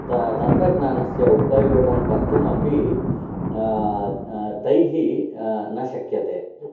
त तन्त्रज्ञानस्य उपयोगं कर्तुम् अपि तैः न शक्यते